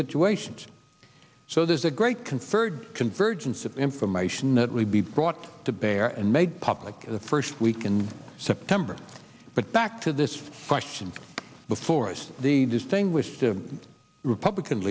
situations so there's a great conferred convergence of information that will be brought to bear and made public in the first week in september but back to this question before us the distinguished the republican